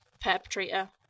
perpetrator